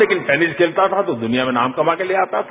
लेकिन टेनिस खेलता था तो दुनिया में नाम कमा कर ले आता था